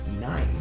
nine